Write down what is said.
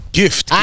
gift